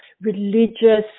religious